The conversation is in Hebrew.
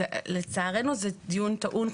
לצערנו זה דיון טעון,